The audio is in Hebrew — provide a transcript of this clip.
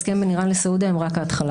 וההסכם בין איראן לסעודיה הם רק ההתחלה.